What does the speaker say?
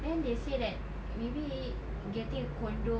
then they said that maybe getting a condo